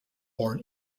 born